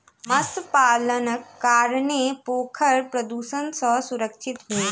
मत्स्य पालनक कारणेँ पोखैर प्रदुषण सॅ सुरक्षित भेल